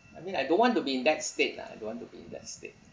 I mean I don't want to be in that state lah I don't want to be in that state